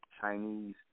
Chinese